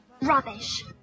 Rubbish